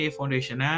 Foundation